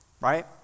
Right